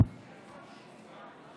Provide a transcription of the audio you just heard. אדוני היושב-ראש,